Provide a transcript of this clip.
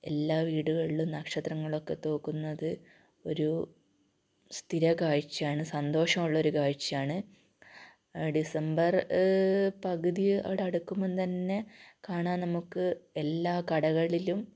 എല്ലാ വീടുകളിലും നക്ഷത്രങ്ങളൊക്കെ തൂക്കുന്നത് ഒരു സ്ഥിരം കാഴ്ചയാണ് സന്തോഷമുള്ളൊരു കാഴ്ചയാണ് ഡിസംബർ പകുതിയോടടുക്കുമ്പോൾ തന്നെ കാണാം നമുക്ക് എല്ലാ കടകളിലും